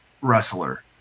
wrestler